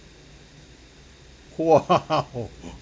!wow!